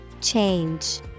Change